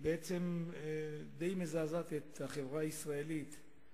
די מזעזעת את החברה הישראלית.